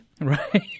Right